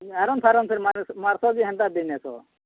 iron ଫାଇରନ୍ ଫିର୍ ମାର୍ସ କି ହେନ୍ତା ଦେଇନେସ